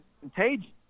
contagious